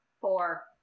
Four